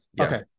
okay